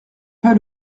pas